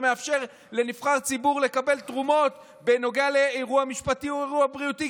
שמאפשר לנבחר ציבור לקבל תרומות בנוגע לאירוע משפטי או אירוע בריאותי.